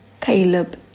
Caleb